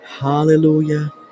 hallelujah